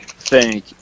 Thank